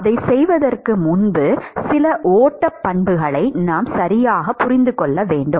அதைச் செய்வதற்கு முன் சில ஓட்ட பண்புகளை நாம் சரியாகப் புரிந்து கொள்ள வேண்டும்